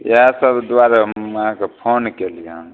इहएसब दुआरे हम अहाँके फोन कएली हँ